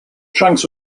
shanks